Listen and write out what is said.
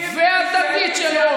והדתית שלו,